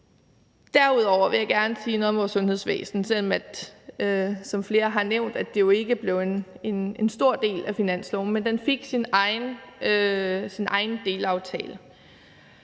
Derudover vil jeg gerne sige noget om vores sundhedsvæsen, selv om det, som flere har nævnt, ikke blev en stor del af finansloven, men det fik sin egen delaftale.